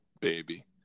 baby